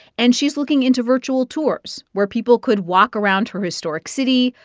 and she's looking into virtual tours where people could walk around her historic city,